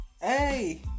Hey